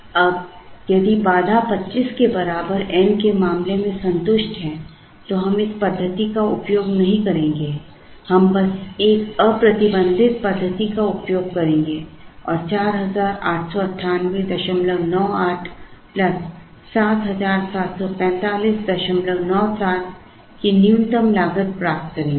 अब यदि बाधा 25 के बराबर एन के मामले में संतुष्ट है तो हम इस पद्धति का उपयोग नहीं करेंगे हम बस एक अप्रतिबंधित पद्धति का उपयोग करेंगे और 489898 774597 की न्यूनतम लागत प्राप्त करेंगे